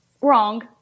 Wrong